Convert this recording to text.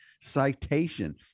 citation